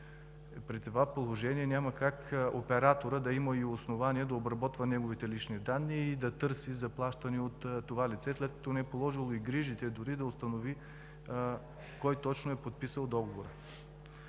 При това положение няма как операторът да има основание да обработва неговите лични данни и да търси заплащане от лицето, след като дори не е положил грижата да установи кой точно е подписал договора.